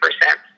percent